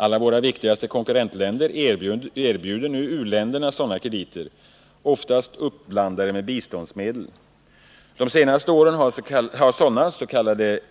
Alla våra viktigaste konkurrentländer erbjuder nu u-länderna sådana krediter, oftast uppblandade med biståndsmedel. De senaste åren har sådana s.k.